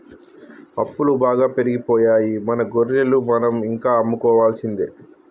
అప్పులు బాగా పెరిగిపోయాయి మన గొర్రెలు మనం ఇంకా అమ్ముకోవాల్సిందే